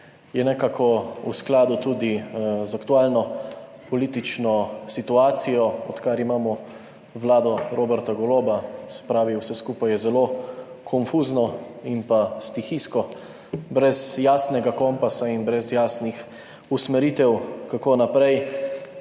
je nekako v skladu tudi z aktualno politično situacijo, odkar imamo vlado Roberta Goloba, se pravi, vse skupaj je zelo konfuzno in pa stihijsko, brez jasnega kompasa in brez jasnih usmeritev, kako naprej.